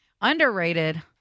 Underrated